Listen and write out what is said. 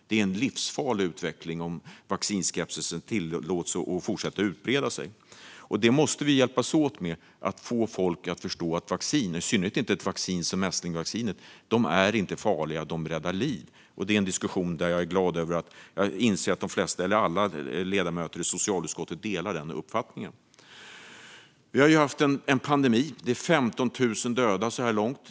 Det är en livsfarlig utveckling om vaccinskepsisen tillåts fortsätta att breda ut sig. Vi måste hjälpas åt att få folk att förstå att vacciner inte är farliga - i synnerhet inte de mot mässling - utan räddar liv. Jag är glad över att de flesta - eller alla - ledamöter i socialutskottet delar den uppfattningen. Vi har ju haft en pandemi med 15 000 döda så här långt.